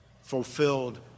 fulfilled